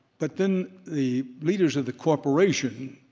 but then the leaders of the corporation,